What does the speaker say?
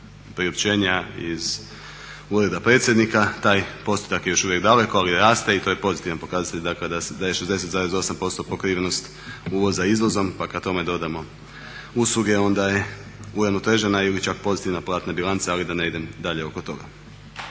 priopćenja iz ureda predsjednika. Taj postotak je još uvijek daleko ali raste i to je pozitivan pokazatelj dakle da je 60,8% pokrivenost uvoza izvozom pa kada tome dodamo usluge onda je uravnotežena ili čak pozitivna platna bilanca ali da ne idem dalje oko toga.